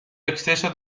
exceso